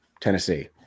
Tennessee